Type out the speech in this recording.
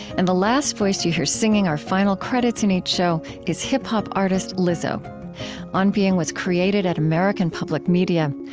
and the last voice that you hear singing our final credits in each show is hip-hop artist lizzo on being was created at american public media.